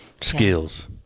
skills